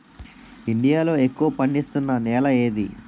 India లో ఎక్కువ పండిస్తున్నా నేల ఏది?